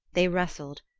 they wrestled,